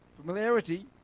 familiarity